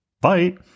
Bye